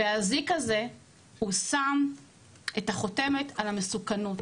האזיק הזה שם את החותמת על המסוכנות,